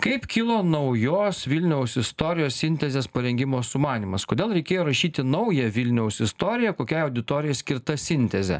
kaip kilo naujos vilniaus istorijos sintezės parengimo sumanymas kodėl reikėjo rašyti naują vilniaus istoriją kokiai auditorijai skirta sintezė